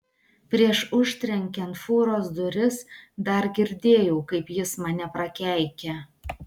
prieš užtrenkiant fūros duris dar girdėjau kaip jis mane prakeikia